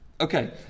Okay